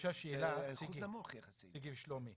אחוז נמוך יחסית סיגי ושלומי,